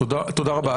תודה רבה.